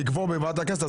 לקבור בוועדת הכנסת,